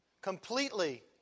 completely